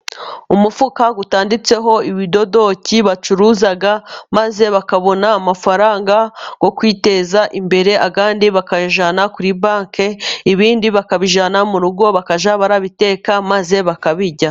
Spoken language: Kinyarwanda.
Umufuka utanditseho ibidodoki bacuruza, maze bakabona amafaranga yo kwiteza imbere, ayandi bakayajyana kuri banki, ibindi bakabijyana mu rugo, bakajya barabiteka maze bakabirya.